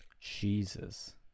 Jesus